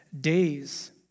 days